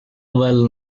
well